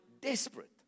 desperate